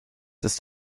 ist